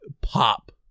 pop